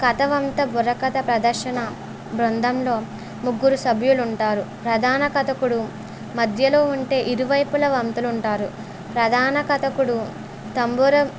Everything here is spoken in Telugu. కథ వంత బుర్రకథ ప్రదర్శన బృందంలో ముగ్గురు సభ్యులు ఉంటారు ప్రధాన కథకుడు మధ్యలో ఉంటే ఇరువైపులా వంతులు ఉంటారు ప్రధాన కథకుడు తంబుర